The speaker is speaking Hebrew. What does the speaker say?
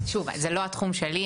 זה לא התחום שלי,